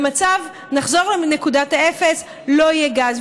במצב שנחזור לנקודת האפס ולא יהיה גז.